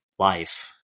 life